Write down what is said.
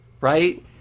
right